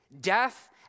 death